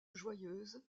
joyeuse